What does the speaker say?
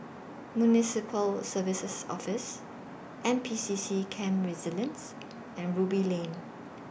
Municipal Services Office N P C C Camp Resilience and Ruby Lane